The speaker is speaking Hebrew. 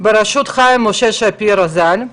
בראשות חיים משה שפירא ז"ל,